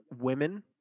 women